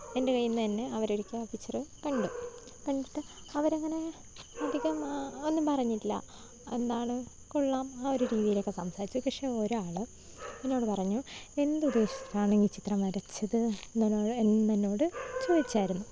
എന്റെ കയ്യിൽ നിന്നു തന്നെ അവരൊരിക്കൽ ആ പിക്ച്ചർ കണ്ടു കണ്ടിട്ട് അവരങ്ങനെ അധികം ഒന്നും പറഞ്ഞില്ല എന്താണ് കൊള്ളാം ആ ഒരു രീതിയിലൊക്കെ സംസാരിച്ചു പക്ഷെ ഒരാൾ എന്നോടു പറഞ്ഞു എന്ത് ഉദ്ദേശിച്ചാണ് ഈ ചിത്രം വരച്ചത് എന്നെന്നോട് എന്നെന്നോടു ചോദിച്ചായിരുന്നു